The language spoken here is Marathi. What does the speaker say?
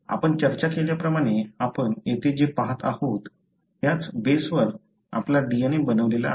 तर आपण चर्चा केल्याप्रमाणे आपण येथे जे पाहत आहोत त्याच बेसवर आपला DNA बनलेला आहे